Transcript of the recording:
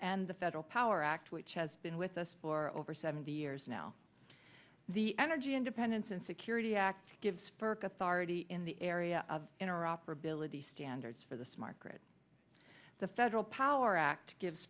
and the federal power act which has been with us for over seventy years now the energy independence and security act gives firk authority in the area of inner operability standards for the smart grid the federal power act gives